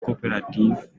coopératives